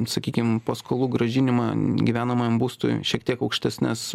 sakykim paskolų grąžinimą gyvenamajam būstui šiek tiek aukštesnes